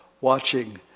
watching